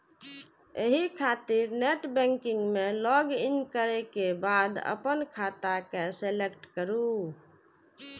एहि खातिर नेटबैंकिग मे लॉगइन करै के बाद अपन खाता के सेलेक्ट करू